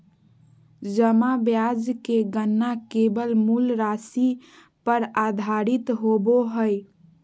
जमा ब्याज के गणना केवल मूल राशि पर आधारित होबो हइ